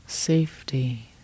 Safety